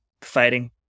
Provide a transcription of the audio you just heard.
Fighting